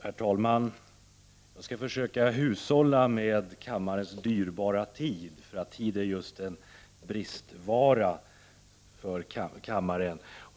Herr talman! Jag skall försöka hushålla med kammarens dyrbara tid, eftersom tid är en bristvara för kammaren.